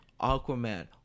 aquaman